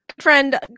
Friend